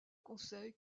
conseil